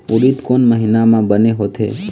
उरीद कोन महीना म बने होथे?